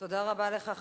תודה רבה לך,